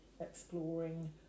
exploring